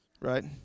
right